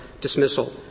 dismissal